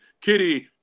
Kitty